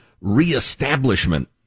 reestablishment